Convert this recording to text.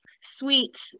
sweet